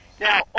Now